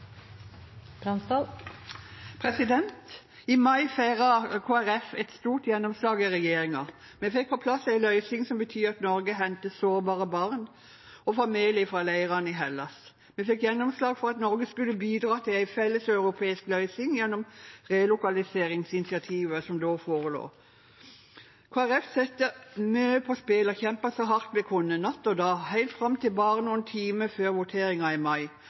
I mai feiret Kristelig Folkeparti et stort gjennomslag i regjeringen. Vi fikk på plass en løsning som betyr at Norge henter sårbare barn og familier fra leirene i Hellas. Vi fikk gjennomslag for at Norge skulle bidra til en felleseuropeisk løsning gjennom relokaliseringsinitiativet som da forelå. Kristelig Folkeparti satte mye på spill og kjempet så hardt vi kunne natt og dag helt fram til bare noen timer før voteringen i mai.